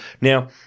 Now